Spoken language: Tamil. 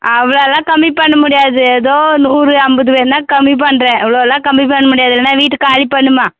அவ்ளோ எல்லாம் கம்மி பண்ண முடியாது ஏதோ நூறு ஐம்பது வேணா கம்மிப் பண்ணுறேன் இவ்ளோ எல்லாம் கம்மிப் பண்ண முடியாது இல்லைனா வீட்டை காலி பண்ணும்மா